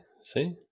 See